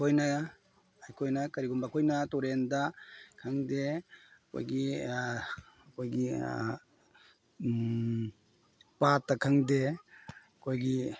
ꯑꯩꯈꯣꯏꯅ ꯑꯩꯈꯣꯏꯅ ꯀꯔꯤꯒꯨꯝꯕ ꯑꯩꯈꯣꯏꯅ ꯇꯨꯔꯦꯟꯗ ꯈꯪꯗꯦ ꯑꯩꯈꯣꯏꯒꯤ ꯑꯩꯈꯣꯏꯒꯤ ꯄꯥꯠꯇ ꯈꯪꯗꯦ ꯑꯩꯈꯣꯏꯒꯤ